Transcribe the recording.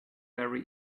very